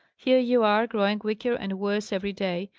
here you are, growing weaker and worse every day,